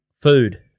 Food